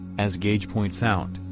as gage points out,